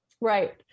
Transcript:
Right